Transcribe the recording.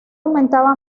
aumentaba